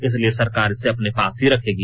इसलिए सरकार इसे अपने पास ही रखेगी